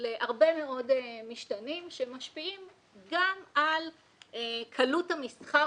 להרבה מאוד משתנים שמשפיעים גם על קלות המסחר